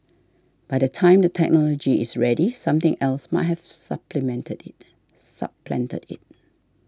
by the time the technology is ready something else might have supplemented it supplanted it